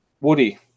Woody